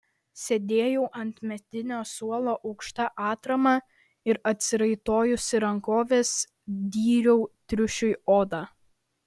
sėdėjau ant medinio suolo aukšta atrama ir atsiraitojusi rankoves dyriau triušiui odą